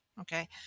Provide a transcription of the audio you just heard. Okay